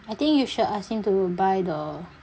I think you should ask him to buy the